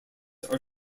are